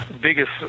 biggest